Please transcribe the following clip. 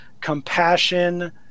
compassion